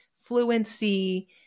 fluency